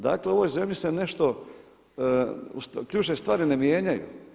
Dakle, u ovoj zemlji se nešto, ključne stvari ne mijenjaju.